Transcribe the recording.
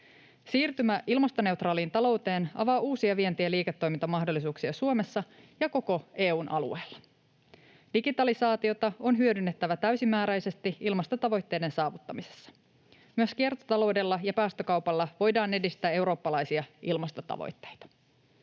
Siirtymä ilmastoneutraaliin talouteen avaa uusia vienti- ja liiketoimintamahdollisuuksia Suomessa ja koko EU:n alueella. Digitalisaatiota on hyödynnettävä täysimääräisesti ilmastotavoitteiden saavuttamisessa. Myös kiertotaloudella ja päästökaupalla voidaan edistää eurooppalaisia ilmastotavoitteita.